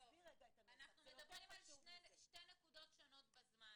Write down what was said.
עזבי רגע את ה- -- אנחנו מדברים על שתי נקודות שונות בזמן